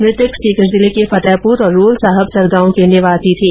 मृतक सीकर जिले के फतेहपुर और रोलसाहबसर गांव के निवासी थे